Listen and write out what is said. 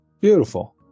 Beautiful